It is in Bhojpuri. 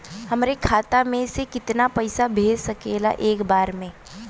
हमरे खाता में से कितना पईसा भेज सकेला एक बार में?